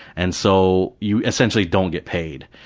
and so you essentially don't get paid.